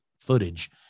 footage